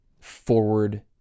forward